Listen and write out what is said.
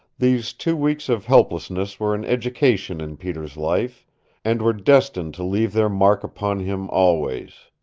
these two weeks of helplessness were an education in peter's life and were destined to leave their mark upon him always.